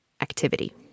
activity